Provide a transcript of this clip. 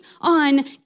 on